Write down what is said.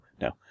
no